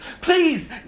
Please